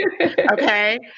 okay